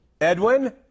Edwin